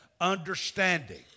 understanding